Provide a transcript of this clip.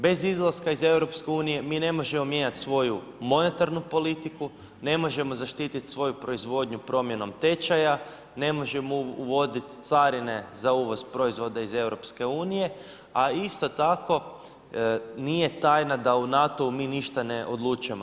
Bez izlaska iz EU mi ne možemo mijenjati svoju monetarnu politiku, ne možemo zaštiti svoju proizvodnju promjenom tečaja, ne možemo uvodit carine za uvoz proizvoda iz EU, a isto tako nije tajna da u NATO-u mi ništa ne odlučujemo.